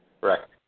Correct